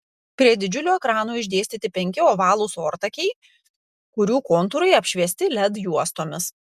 prie didžiulių ekranų išdėstyti penki ovalūs ortakiai kurių kontūrai apšviesti led juostomis